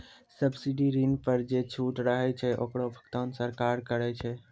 subsidy ऋण पर जे छूट रहै छै ओकरो भुगतान सरकार करै छै